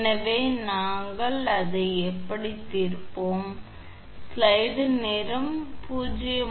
எனவே நாங்கள் அதை எப்படி தீர்ப்போம்